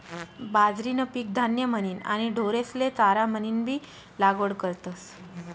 बाजरीनं पीक धान्य म्हनीन आणि ढोरेस्ले चारा म्हनीनबी लागवड करतस